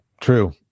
true